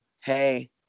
Hey